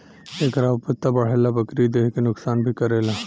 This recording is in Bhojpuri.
एकरा उपज त बढ़ेला बकिर देह के नुकसान भी करेला